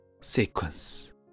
sequence